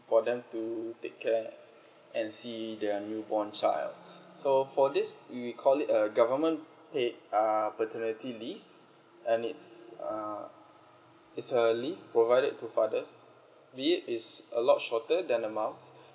for them to take care and see their newborn child so for this we call it uh government paid uh paternity leave and it's uh it's a leave provided to fathers be it is a lot shorter than a mom